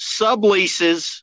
subleases